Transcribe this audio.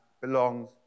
belongs